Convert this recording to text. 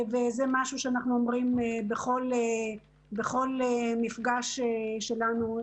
וזה משהו שאנחנו אומרים בכל מפגש שלנו,